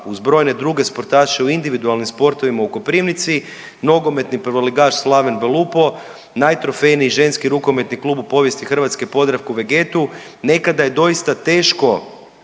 uz brojne druge sportaše u individualnim sportovima u Koprivnici, nogometni prvoligaš Slaven Belupo, najtrofejniji ženski rukometni klub u povijesti Hrvatske Podravku vegetu. Nekada je doista teško